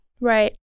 Right